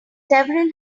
several